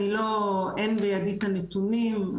אין בידי את הנתונים,